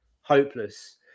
Hopeless